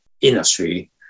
industry